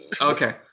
Okay